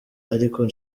ariko